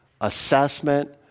assessment